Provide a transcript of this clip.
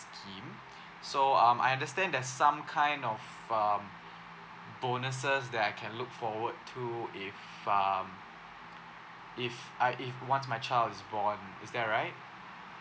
scheme so um I understand there's some kind of um bonuses that I can look forward to if um if I if once my child is born is that right